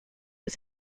its